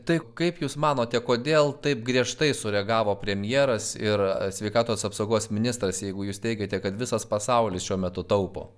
tai kaip jūs manote kodėl taip griežtai sureagavo premjeras ir sveikatos apsaugos ministras jeigu jūs teigiate kad visas pasaulis šiuo metu taupo